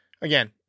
again